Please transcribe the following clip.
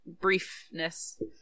briefness